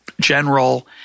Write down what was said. general